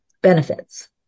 benefits